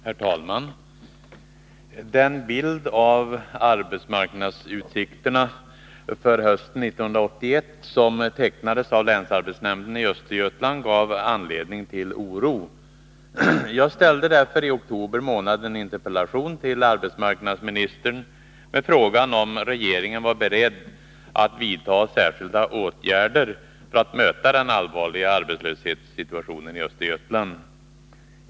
Herr talman! Den bild av arbetsmarknadsutsikterna för hösten 1981 som tecknades av länsarbetsnämnden i Östergötland gav anledning till oro. Jag ställde därför i oktober månad en interpellation till arbetsmarknadsministern med frågan om regeringen var beredd att vidta särskilda åtgärder för att möta den allvarliga arbetslöshetssituationen i Östergötland.